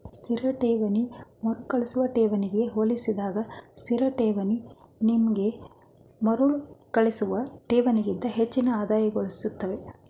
ಸ್ಥಿರ ಠೇವಣಿ ಮರುಕಳಿಸುವ ಠೇವಣಿಗೆ ಹೋಲಿಸಿದಾಗ ಸ್ಥಿರಠೇವಣಿ ನಿಮ್ಗೆ ಮರುಕಳಿಸುವ ಠೇವಣಿಗಿಂತ ಹೆಚ್ಚಿನ ಆದಾಯಗಳಿಸುತ್ತೆ